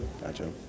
Gotcha